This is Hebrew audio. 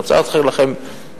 אני רוצה להזכיר לכם מושגים.